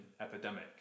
epidemic